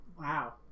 Wow